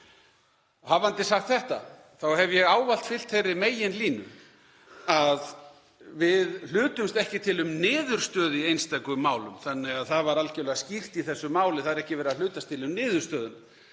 Hafandi sagt þetta þá hef ég ávallt fylgt þeirri meginlínu að við hlutumst ekki til um niðurstöðu í einstökum málum þannig að það var algerlega skýrt í þessu máli. Það er ekki verið að hlutast til um niðurstöðuna.